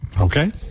Okay